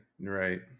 Right